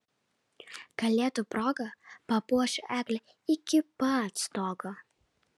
kalėdų proga papuošiu eglę iki pat stogo